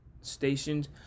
stations